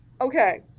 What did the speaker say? Okay